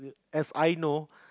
as I know